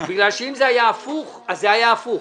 בגלל שאם זה היה הפוך אז זה היה הפוך,